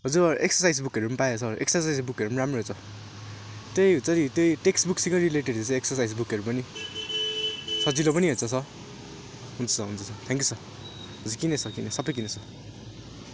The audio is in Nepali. हजुर एक्सर्साइज बुकहरू पनि पाएँ सर एक्ससाइज बुकहरू पनि राम्रो रहेछ त्यही हुन्छ नि टेक्स्ट बुकसँगै रिलेटेड रहेछ एक्सर्साइज बुकहरू पनि सजिलो पनि छ सर हुन्छ सर हुन्छ सर थ्याङ्कयु सर हजुर किनेँ सर किनेँ सबै किनेँ